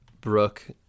Brooke